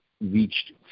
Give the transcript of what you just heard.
reached